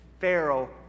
Pharaoh